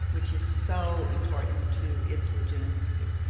which is so important to its legitimacy.